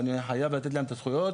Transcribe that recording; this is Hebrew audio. ואני חייב לתת להם את הזכויות,